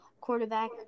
quarterback